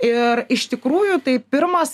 ir iš tikrųjų tai pirmas